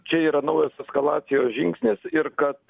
čia yra naujos eskalacijos žingsnis ir kad